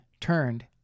turned